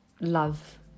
love